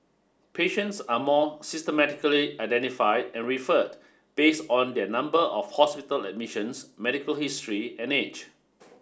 patients are more systematically identified and referred based on their number of hospital admissions medical history and age